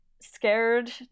scared